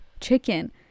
chicken